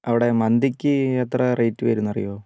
അവിടെ മന്തിക്ക് എത്ര റേറ്റ് വരും എന്നറിയുമോ